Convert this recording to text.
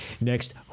next